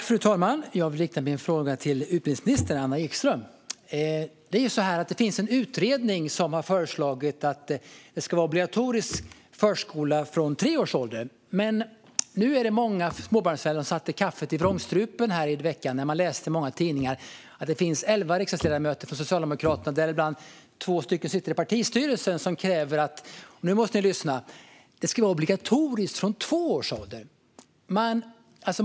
Fru talman! Jag riktar min fråga till utbildningsminister Anna Ekström. Det finns en utredning som har föreslagit att det ska vara obligatorisk förskola från tre års ålder. Många småbarnsföräldrar satte dock kaffet i vrångstrupen i veckan när de läste i tidningen att elva socialdemokratiska riksdagsledamöter, däribland två som sitter i partistyrelsen, kräver att förskola ska vara obligatoriskt från två års ålder.